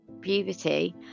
puberty